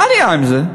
מה נהיה עם זה,